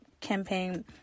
campaign